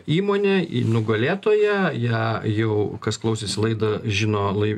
įmonę i nugalėtoją ją jau kas klausėsi laidą žino lai